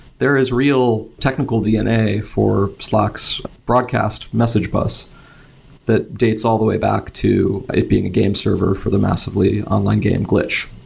there is real technical dna for slack's broadcast message bus that dates all the way back to it being a game server for the massively online game glitch,